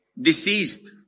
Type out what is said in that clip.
deceased